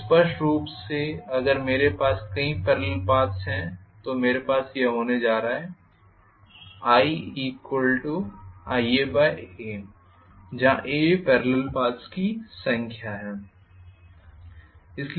तो स्पष्ट रूप से अगर मेरे पास कई पेरलल पाथ्स हैं तो मेरे पास यह होने जा रहा है iIaa जहां a पेरलल पाथ्स की संख्या है